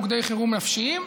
מוקדי חירום נפשיים,